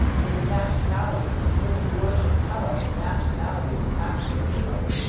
will the nationality of the stricken warship tell us the nationality of captain nemo?